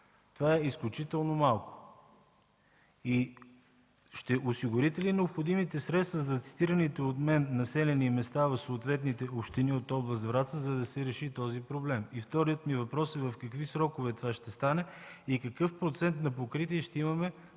Това е изключително малко. Ще осигурите ли необходимите средства за цитираните от мен населени места в съответните общини от област Враца, за да се реши този проблем? Вторият ми въпрос: в какви срокове това ще стане и какъв процент на покритие ще имаме,